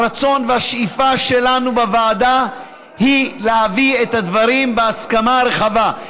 הרצון והשאיפה שלנו בוועדה הם להביא את הדברים בהסכמה רחבה.